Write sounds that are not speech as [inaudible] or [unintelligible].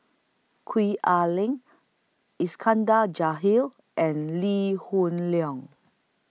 Gwee Ah Leng Iskandar [unintelligible] and Lee Hoon Leong